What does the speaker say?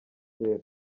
kera